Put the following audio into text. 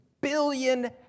billion